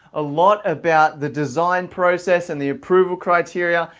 a lot about the design process and the approval criteria,